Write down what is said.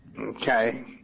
okay